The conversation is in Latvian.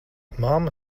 mamma